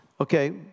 Okay